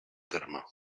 terme